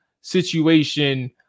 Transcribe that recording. situation